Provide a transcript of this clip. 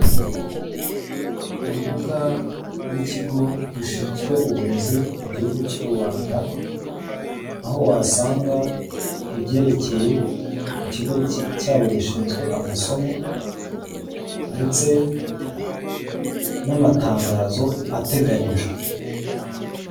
Urubuga rw'ikigo gishinzwe uburezi mu gihugu cy'uRwanda aho wasanga ibyerekeye ku kigo cyabo gishinzwe amasomo ndetse n'amatangazo ateganyijwe.